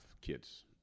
kids